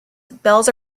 bells